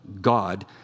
God